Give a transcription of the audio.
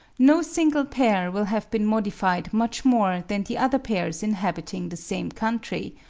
no single pair will have been modified much more than the other pairs inhabiting the same country,